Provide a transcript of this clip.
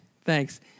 thanks